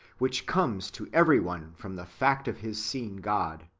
which comes to every one from the fact of his seeing god.